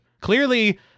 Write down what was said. Clearly